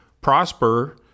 prosper